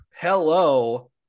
hello